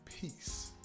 peace